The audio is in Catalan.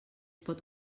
pot